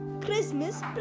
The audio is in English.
Christmas